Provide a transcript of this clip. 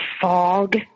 fog